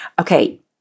Okay